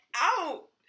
out